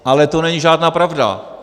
Ale to není žádná pravda.